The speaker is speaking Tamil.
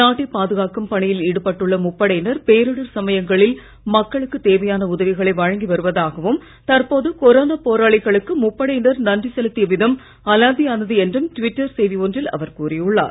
நாட்டை பாதுகாக்கும் பணியில் ஈடுபட்டுள்ள முப்படையினர் பேரிடர் சமயங்களில் மக்களுக்கு தேவையான உதவிகளை வழங்கி வருவதாகவும் தற்போது கொரோனா போராளிகளுக்கு முப்படையினர் நன்றி செலுத்திய விதம் அலாதியானது என்றும் ட்விட்டர் செய்தி ஒன்றில் அவர் கூறியுள்ளார்